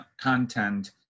content